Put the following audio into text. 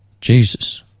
Jesus